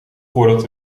voordat